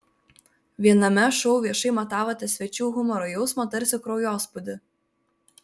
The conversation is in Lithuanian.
viename šou viešai matavote svečių humoro jausmą tarsi kraujospūdį